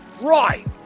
Right